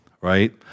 right